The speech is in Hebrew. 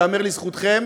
ייאמר לזכותכם,